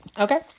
Okay